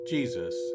Jesus